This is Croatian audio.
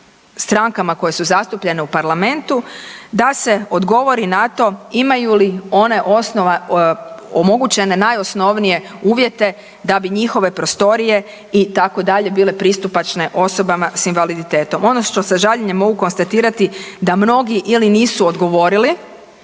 strankama koje su zastupljene u parlamentu da se odgovori na to imaju li one osnova, omogućene najosnovnije uvjete da bi njihove prostorije itd. bile pristupačne osobama s invaliditetom. Ono što sa žaljenjem mogu konstatirati da mnogi ili nisu odgovorili